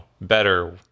better